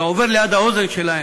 זה עובר ליד האוזן שלהם: